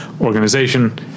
organization